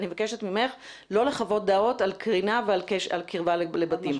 אני מבקשת ממך לא לחוות דעות על קרינה ועל קירבה לבתים.